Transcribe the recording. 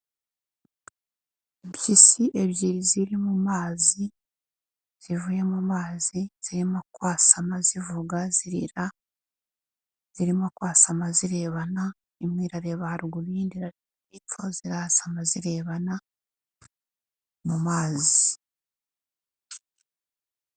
Impyisi ebyiri ziri mu mazi, zivuye mu mazi, zirimo kwasama, zivuga zirira, zirimo kwasama zirebana, imwe irareba haruguru n'indi irareba hepfo, zirahasama zirebana mu mazi.